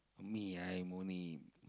me I'm only